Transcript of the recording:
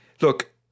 look